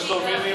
נתקבל.